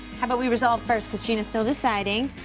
how about we resolve first cause gina's still deciding.